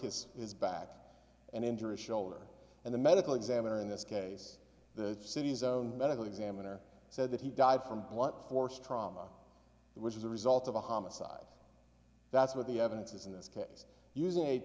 his his back and injury shoulder and the medical examiner in this case the city's own medical examiner said that he died from blunt force trauma which is a result of a homicide that's what the evidence is in this case using a